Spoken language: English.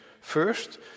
First